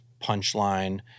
punchline